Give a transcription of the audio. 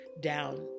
down